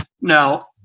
Now